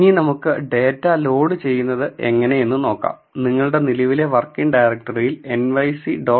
ഇനി നമുക്ക് data load ചെയ്യുന്നതെങ്ങനെ എന്നു നോക്കാം നിങ്ങളുടെ നിലവിലെ വർക്കിംഗ് ഡയറക്ടറിയിൽ 'nyc